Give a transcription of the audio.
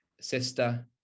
sister